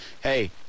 hey